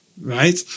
right